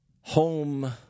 home